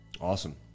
Awesome